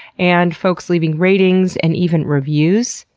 and folks leaving ratings and even reviews,